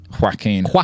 Joaquin